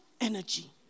energy